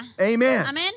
Amen